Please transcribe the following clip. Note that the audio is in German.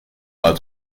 als